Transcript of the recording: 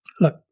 Look